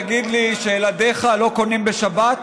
להגיד לי שילדיך לא קונים בשבת?